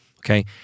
Okay